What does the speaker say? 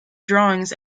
drawings